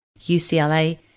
UCLA